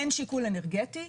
אין שיקול אנרגטי,